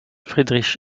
friedrich